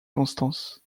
constance